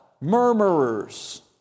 murmurers